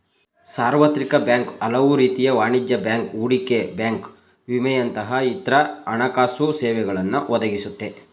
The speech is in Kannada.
ಸಾರ್ವತ್ರಿಕ ಬ್ಯಾಂಕ್ ಹಲವುರೀತಿಯ ವಾಣಿಜ್ಯ ಬ್ಯಾಂಕ್, ಹೂಡಿಕೆ ಬ್ಯಾಂಕ್ ವಿಮೆಯಂತಹ ಇತ್ರ ಹಣಕಾಸುಸೇವೆಗಳನ್ನ ಒದಗಿಸುತ್ತೆ